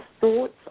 thoughts